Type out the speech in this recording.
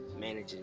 managing